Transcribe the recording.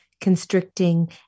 constricting